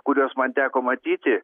kuriuos man teko matyti